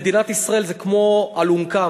מדינת ישראל זה כמו אלונקה,